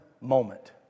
moment